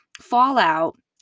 fallout